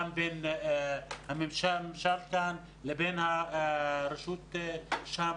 גם בין הממשל כאן לבין הרשות שם,